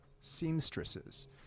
seamstresses